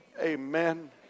amen